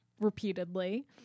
repeatedly